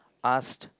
asked